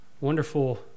wonderful